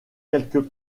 quelques